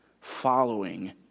following